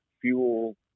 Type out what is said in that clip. fuel